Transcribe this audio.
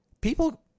people